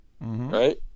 right